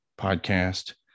podcast